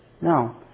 no